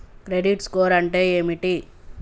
Credit score అంటే ఏమిటి?